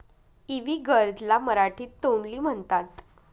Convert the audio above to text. इवी गर्द ला मराठीत तोंडली म्हणतात